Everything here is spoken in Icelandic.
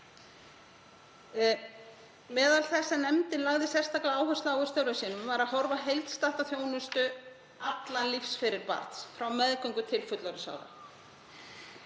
Meðal þess sem nefndin lagði sérstaka áherslu á í störfum sínum var að horfa heildstætt á þjónustu allan lífsferil barns, frá meðgöngu til fullorðinsára,